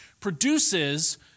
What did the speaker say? produces